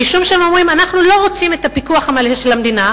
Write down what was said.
משום שהם אומרים: אנחנו לא רוצים את הפיקוח המלא של המדינה,